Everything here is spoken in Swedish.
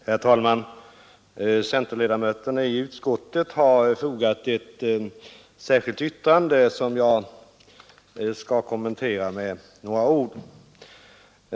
Herr talman! Centerledamöterna i utskottet har till betänkandet fogat ett särskilt yttrande som jag skall kommentera med några ord.